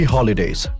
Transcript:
Holidays